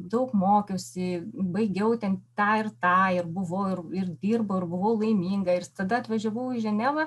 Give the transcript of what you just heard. daug mokiausi baigiau ten tą ir tą ir buvau ir ir dirbau ir buvau laiminga ir tada atvažiavau į ženevą